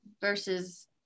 versus